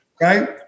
right